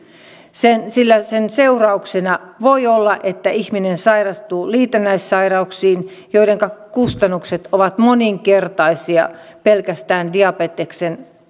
sillä sen seurauksena voi olla että ihminen sairastuu liitännäissairauksiin joidenka kustannukset ovat moninkertaisia verrattuna pelkästään diabeteksen